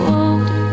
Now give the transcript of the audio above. older